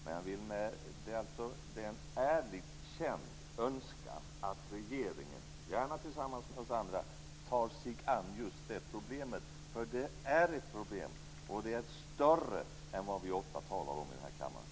Men det är en ärligt känd önskan att regeringen, gärna tillsammans med oss andra, tar sig an just det här problemet. Det är nämligen ett problem, och det är större än vad vi ofta talar om i den här kammaren.